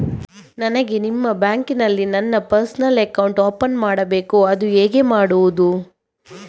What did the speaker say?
ನನಗೆ ನಿಮ್ಮ ಬ್ಯಾಂಕಿನಲ್ಲಿ ನನ್ನ ಪರ್ಸನಲ್ ಅಕೌಂಟ್ ಓಪನ್ ಮಾಡಬೇಕು ಅದು ಹೇಗೆ ಮಾಡುವುದು?